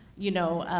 you know,